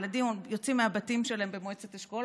ילדים יוצאים מהבתים שלהם במועצת אשכול,